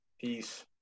Peace